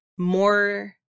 more